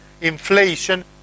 inflation